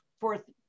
fourth